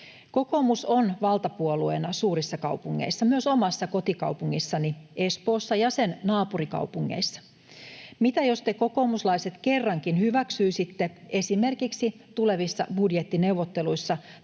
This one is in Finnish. Kokoomus on valtapuolueena suurissa kaupungeissa, myös omassa kotikaupungissani Espoossa ja sen naapurikaupungeissa. Mitä jos te kokoomuslaiset kerrankin hyväksyisitte, esimerkiksi tulevissa budjettineuvotteluissa,